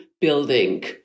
building